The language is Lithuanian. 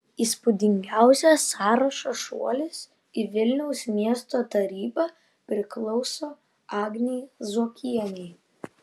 įspūdingiausias sąrašo šuolis į vilniaus miesto tarybą priklauso agnei zuokienei